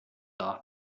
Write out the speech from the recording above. off